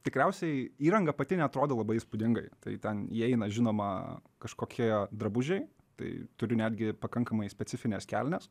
tikriausiai įranga pati neatrodo labai įspūdingai tai ten įeina žinoma kažkokie drabužiai tai turiu netgi pakankamai specifines kelnes